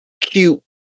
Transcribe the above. cute